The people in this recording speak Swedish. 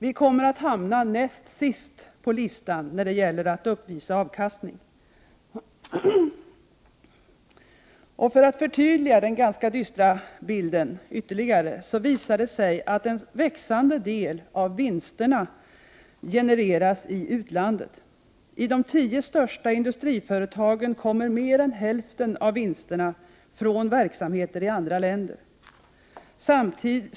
Vi kommer att hamna näst sist på listan när det gäller att uppvisa avkastning. För att förtydliga den ganska dystra bilden ytterligare kan jag säga att det har visat sig att en växande del av vinsterna genereras i utlandet. I de tio största industriföretagen kommer mer än hälften av vinsterna från verksamhet i andra länder.